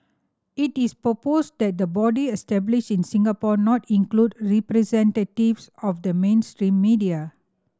it is proposed that the body established in Singapore not include representatives of the mainstream media